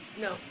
No